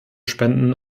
spenden